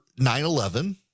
9-11